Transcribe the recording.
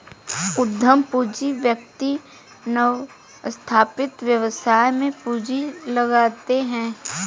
उद्यम पूंजी व्यक्ति नवस्थापित व्यवसाय में पूंजी लगाते हैं